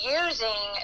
using